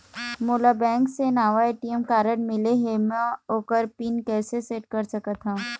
मोला बैंक से नावा ए.टी.एम कारड मिले हे, म ओकर पिन कैसे सेट कर सकत हव?